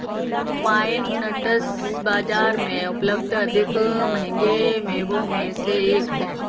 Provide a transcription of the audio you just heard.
pine nuts बाजार में उपलब्ध अधिक महंगे मेवों में से एक हैं